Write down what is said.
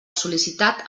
sol·licitat